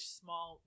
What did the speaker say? small